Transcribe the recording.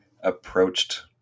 approached